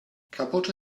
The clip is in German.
kaputte